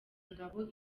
ngabo